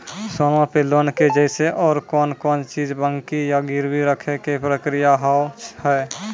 सोना पे लोन के जैसे और कौन कौन चीज बंकी या गिरवी रखे के प्रक्रिया हाव हाय?